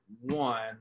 one